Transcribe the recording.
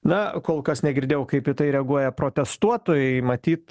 na kol kas negirdėjau kaip į tai reaguoja protestuotojai matyt